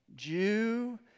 Jew